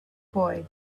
boy